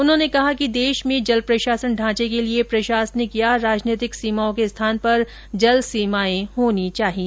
उन्होंने कहा कि देश में जल प्रशासन ढांचे के लिए प्रशासनिक या राजनीतिक सीमाओं के स्थान पर जल सीमाएं होनी चाहिए